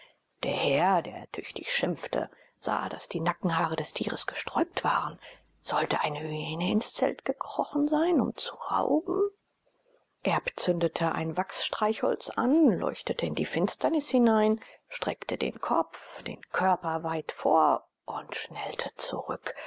der herr der tüchtig schimpfte sah daß die nackenhaare des tieres gesträubt waren sollte eine hyäne ins zelt gekrochen sein um zu rauben erb zündete ein wachsstreichholz an leuchtete in die finsternis hinein streckte den kopf den körper weit vor und schnellte zurück